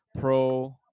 Pro